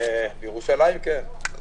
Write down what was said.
בירושלים כן...